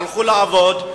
הלכו לעבוד,